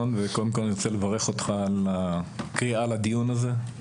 אני מברך אותך על הדיון הזה.